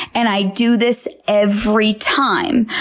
and i do this every time.